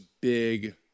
big